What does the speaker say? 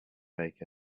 make